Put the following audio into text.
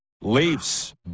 Leafs